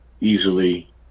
easily